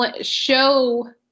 show